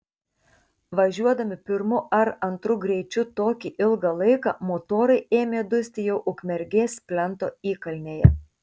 važiuodami pirmu ar antru greičiu tokį ilgą laiką motorai ėmė dusti jau ukmergės plento įkalnėje